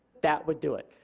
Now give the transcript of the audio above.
that would do it.